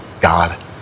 God